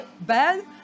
bad